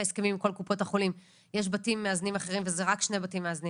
הסכמים עם כל קופות החולים וזה רק שני בתים מאזנים.